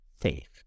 safe